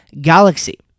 galaxy